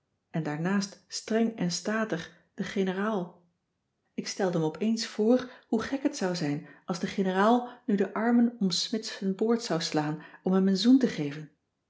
en daarnaast streng en statig de generaal ik stelde me opeens voor hoe gek het zou zijn als de generaal nu de cissy van marxveldt de h b s tijd van joop ter heul armen om smidt z'n boord zou slaan om hem een zoen te geven